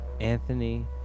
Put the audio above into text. Anthony